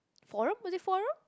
forum was it forum